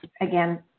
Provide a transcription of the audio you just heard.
again